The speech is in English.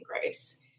grace